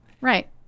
Right